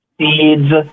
seeds